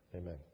amen